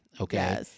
Okay